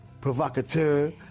provocateur